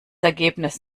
ergebnis